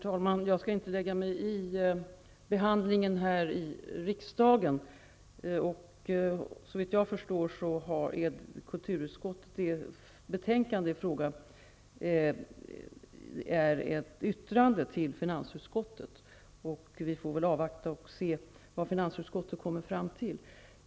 Herr talman! Jag skall inte lägga mig i behandlingen här i riksdagen. Såvitt jag har förstått är det ett yttrande som kulturutskottet har avgivit till finansutskottet. Vi får väl avvakta och se vad finansutskottet kommer fram till.